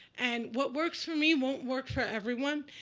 and what works for me won't work for everyone.